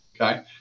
okay